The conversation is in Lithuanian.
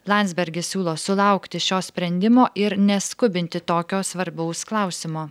landsbergis siūlo sulaukti šio sprendimo ir neskubinti tokio svarbaus klausimo